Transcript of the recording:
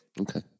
Okay